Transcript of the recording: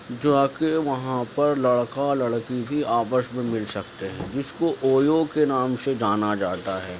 جو کہ وہاں پر لڑکا لڑکی بھی آپس میں مل سکتے ہیں جس کو اویو کے نام سے جانا جاتا ہے